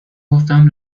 گفتم